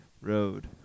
Road